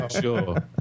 sure